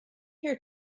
here